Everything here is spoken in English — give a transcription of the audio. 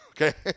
okay